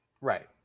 right